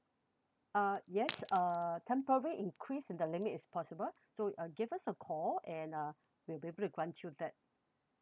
uh yes uh temporary increase in the limit is possible so uh give us a call and uh we will be able to grant you that